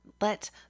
Let